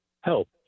help